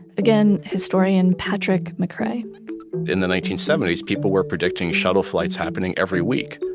again, historian patrick mccray in the nineteen seventy s, people were predicting shuttle flights happening every week,